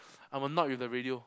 I'm annoyed with the radio